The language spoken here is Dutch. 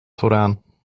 vooraan